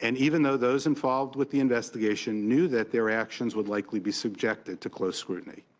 and even though those involved with the investigation knew that their actions would likely be subjected to close scrutiny.